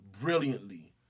brilliantly